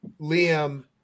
Liam